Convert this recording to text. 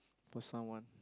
for someone